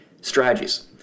strategies